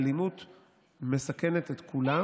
האלימות מסכנת את כולם.